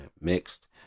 Mixed